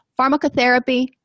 pharmacotherapy